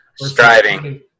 striving